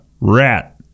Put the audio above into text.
Rat